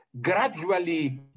gradually